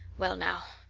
well now,